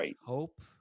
hope